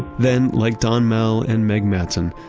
then like don mehl and meg mattson,